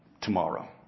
tomorrow